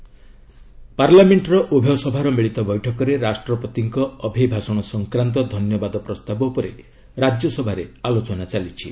Rajya Sabha discussion ପାର୍ଲାମେଣ୍ଟର ଉଭୟ ସଭାର ମିଳିତ ବୈଠକରେ ରାଷ୍ଟ୍ରପତିଙ୍କ ଅଭିଭାଷଣ ସଂକ୍ରାନ୍ତ ଧନ୍ୟବାଦ ପ୍ରସ୍ତାବ ଉପରେ ରାଜ୍ୟସଭାରେ ଆଲୋଚନା ଚାଲିଛି